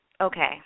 Okay